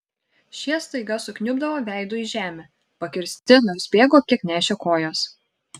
šie staiga sukniubdavo veidu į žemę pakirsti nors bėgo kiek nešė kojos